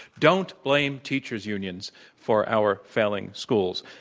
don't blame teachers' unions for our failing schools.